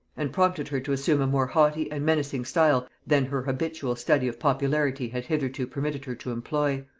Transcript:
and prompted her to assume a more haughty and menacing style than her habitual study of popularity had hitherto permitted her to employ